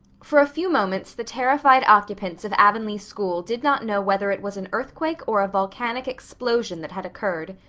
for a few moments the terrified occupants of avonlea school did not know whether it was an earthquake or a volcanic explosion that had occurred.